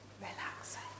relaxing